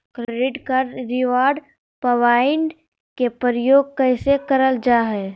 Credit card reward point के प्रयोग कैसे करल जा है?